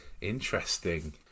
Interesting